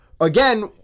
again